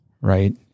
Right